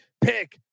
Pick